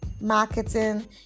marketing